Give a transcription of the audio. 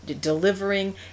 delivering